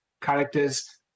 characters